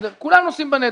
כולם נושאים בנטל.